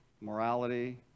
morality